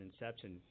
inception